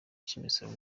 cy’imisoro